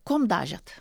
kuom dažėt